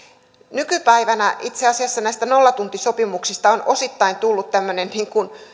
nykypäivänä itse asiassa näistä nollatuntisopimuksista on osittain tullut tämmöinen niin kuin